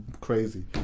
crazy